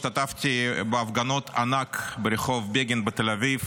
השתתפתי בהפגנות ענק ברחוב בגין בתל אביב